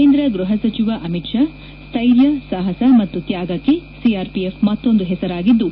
ಕೇಂದ್ರ ಗೃಹ ಸಚಿವ ಅಮಿತ್ ಶಾ ಸ್ಟೈರ್ಯ ಸಾಹಸ ಮತ್ತು ತ್ವಾಗಕ್ಕೆ ಸಿಆರ್ಪಿಎಫ್ ಮತ್ತೊಂದು ಹೆಸರಾಗಿದ್ದು